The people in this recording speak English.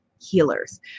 healers